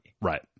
Right